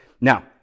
now